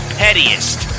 pettiest